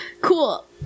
Cool